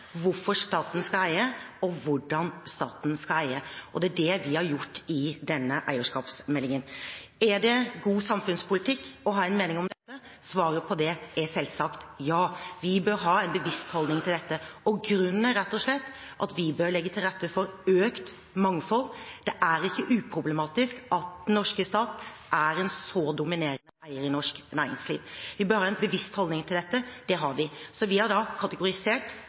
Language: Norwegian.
Det er det vi har gjort i denne eierskapsmeldingen. Er det god samfunnspolitikk å ha en mening om dette? Svaret på det er selvsagt ja. Vi bør ha en bevisst holdning til dette, og grunnen er rett og slett at vi bør legge til rette for økt mangfold. Det er ikke uproblematisk at den norske stat er en så dominerende eier i norsk næringsliv. Vi bør ha en bevisst holdning til dette. Det har vi, så vi har da kategorisert